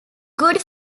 good